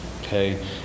okay